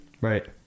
Right